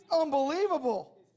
Unbelievable